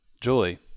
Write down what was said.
Julie